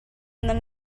nan